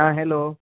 आं हॅलो